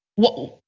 well,